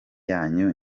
yanyu